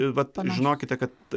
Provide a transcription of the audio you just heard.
vat žinokite kad